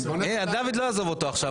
דוד לא יעזוב אותו עכשיו.